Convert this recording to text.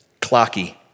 clocky